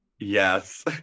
Yes